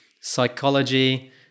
psychology